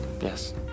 Yes